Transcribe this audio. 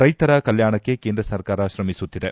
ರೈತರ ಕಲ್ಕಾಣಕ್ಕೆ ಕೇಂದ್ರ ಸರ್ಕಾರ ಶ್ರಮಿಸುತ್ತಿದೆ